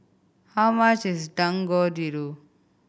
how much is Dangojiru